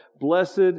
Blessed